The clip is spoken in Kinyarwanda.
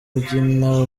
kubyina